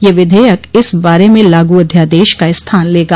यह विधेयक इस बारे में लागू अध्यादेश का स्थान लेगा